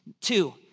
Two